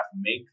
make